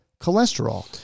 cholesterol